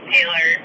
Taylor